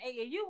AAU